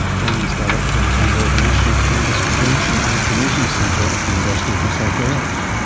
jan is director and founder of the national cannabis prevention and information centre at the university of new south wales.